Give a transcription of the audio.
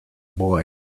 boy